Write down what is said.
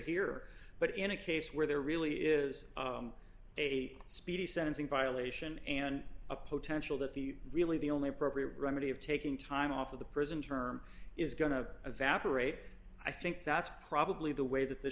here but in a case where there really is a speedy sentencing violation and a potential that the really the only appropriate remedy of taking time off of the prison term is going to evaporate i think that's probably the way that this